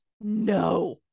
No